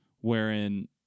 wherein